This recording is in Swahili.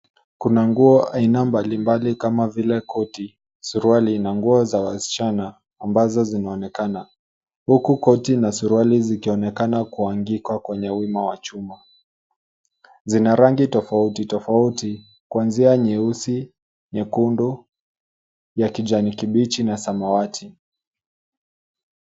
Kuna nguo aina mbalimbali kama vile koti, suruali na nguo za wasichana ambazo zinaonekana huku koti na suruali zikionekana kuangikwa kwenye umma wa chuma. Zina rangi tofauti tofauti kuanzia nyeusi, nyekundu, ya kijani kibichi na samawati.